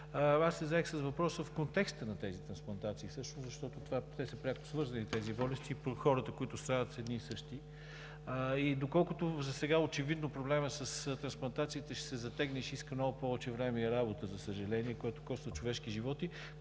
Аз се заех с въпроса в контекста на тези трансплантации всъщност, защото те са пряко свързани с тези болести и хората, които страдат, са едни и същи. Доколкото засега очевидно проблемът с трансплантациите ще се затегне и ще иска много повече време и работа, за съжаление, което коства човешки животи,